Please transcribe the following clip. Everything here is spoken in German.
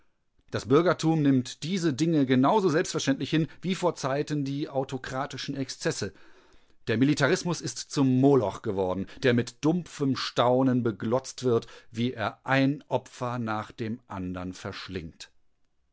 das bürgertum nimmt diese dinge genau so selbstverständlich hin wie vor zeiten die autokratischen exzesse der militarismus ist zum moloch geworden der mit dumpfem staunen beglotzt wird wie er ein opfer nach dem andern verschlingt